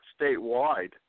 statewide